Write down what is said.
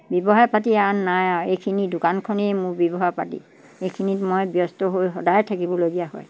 ব্যৱসায় পাতি আন নাই আৰু এইখিনি দোকানখনেই মোৰ ব্যৱসায় পাতি এইখিনিত মই ব্যস্ত হৈ সদায় থাকিবলগীয়া হয়